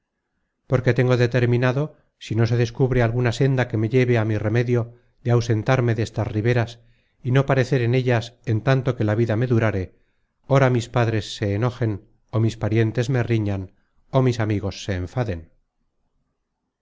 porque tengo determinado si no se descubre alguna senda que me lleve a mi remedio de ausentarme destas riberas y no parecer en ellas en tanto que la vida me durare ora mis padres se enojen ó mis parientes me riñan ó mis amigos se enfaden